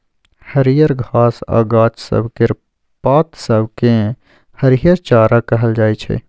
हरियर घास आ गाछ सब केर पात सब केँ हरिहर चारा कहल जाइ छै